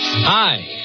Hi